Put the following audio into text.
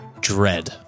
dread